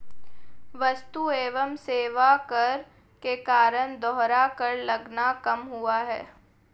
वस्तु एवं सेवा कर के कारण दोहरा कर लगना कम हुआ है